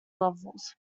levels